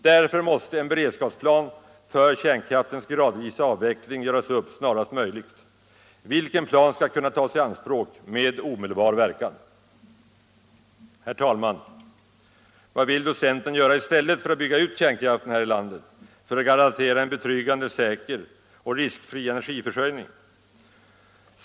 Därför måste en beredskapsplan för kärnkraftens gradvisa avveckling göras upp snarast möjligt, vilken plan skall kunna tas i anspråk med omedelbar verkan. Herr talman! Vad vill då centern göra i stället för att bygga ut kärnkraften här i landet i syfte att garantera en betryggande, säker och riskfri energiförsörjning?